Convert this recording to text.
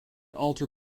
alter